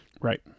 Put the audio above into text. Right